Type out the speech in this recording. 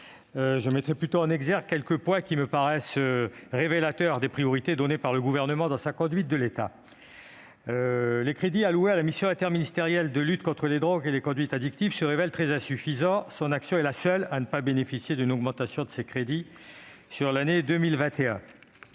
Je mettrai plutôt en exergue quelques points qui me paraissent révélateurs des priorités données par le Gouvernement dans sa conduite de l'État. Les crédits alloués à la Mission interministérielle de lutte contre les drogues et les conduites addictives se révèlent très insuffisants : l'action correspondante est la seule à ne pas bénéficier d'une augmentation de ses crédits sur l'année 2021.